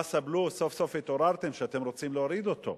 הבלו, סוף-סוף התעוררתם, ואתם רוצים להוריד אותו,